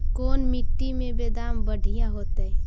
कोन मट्टी में बेदाम बढ़िया होतै?